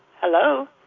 Hello